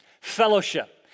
fellowship